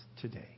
today